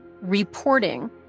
reporting